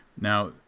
Now